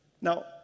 Now